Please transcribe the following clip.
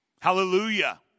Hallelujah